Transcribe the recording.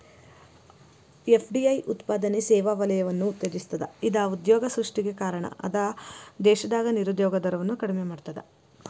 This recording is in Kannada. ಎಫ್.ಡಿ.ಐ ಉತ್ಪಾದನೆ ಸೇವಾ ವಲಯವನ್ನ ಉತ್ತೇಜಿಸ್ತದ ಇದ ಉದ್ಯೋಗ ಸೃಷ್ಟಿಗೆ ಕಾರಣ ಅದ ದೇಶದಾಗ ನಿರುದ್ಯೋಗ ದರವನ್ನ ಕಡಿಮಿ ಮಾಡ್ತದ